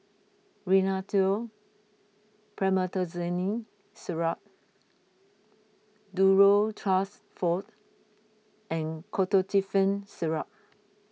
Rhinathiol Promethazine Syrup Duro Tuss Forte and Ketotifen Syrup